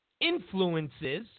influences